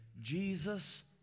Jesus